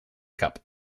cup